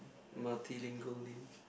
multilingual names